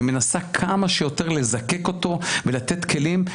ומנסה כמה שיותר לזקק אותו לתת כלים.